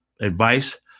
advice